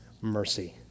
mercy